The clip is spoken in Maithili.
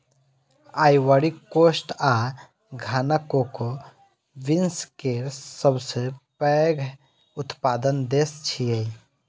आइवरी कोस्ट आ घाना कोको बीन्स केर सबसं पैघ उत्पादक देश छियै